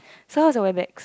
so how was the